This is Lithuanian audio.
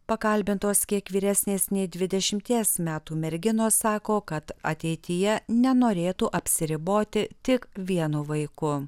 pakalbintos kiek vyresnės nei dvidešimties metų merginos sako kad ateityje nenorėtų apsiriboti tik vienu vaiku